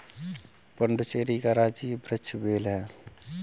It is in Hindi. पुडुचेरी का राजकीय वृक्ष बेल है